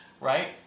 right